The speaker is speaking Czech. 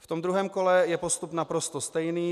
V druhém kole je postup naprosto stejný.